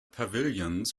pavilions